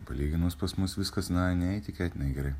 palyginus pas mus viskas na neįtikėtinai gerai